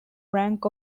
rank